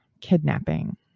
Kidnapping